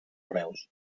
reus